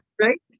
Right